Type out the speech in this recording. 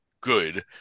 good